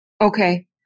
Okay